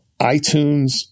iTunes